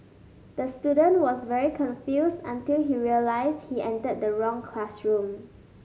the student was very confused until he realized he entered the wrong classroom